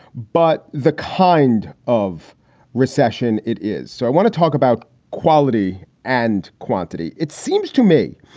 but the kind of recession it is. so i want to talk about quality and quantity. it seems to me.